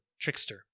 trickster